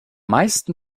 meisten